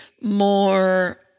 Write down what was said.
more